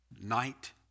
night